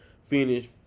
finish